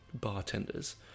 bartenders